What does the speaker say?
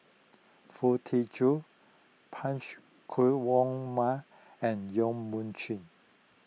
Foo Tee Jun Punch and Yong Mun Chee